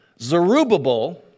Zerubbabel